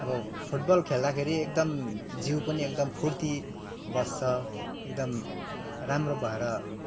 अब फुटबल खेल्दाखेरि एकदम जिउ पनि एकदम फुर्ती बस्छ एकदम राम्रो भएर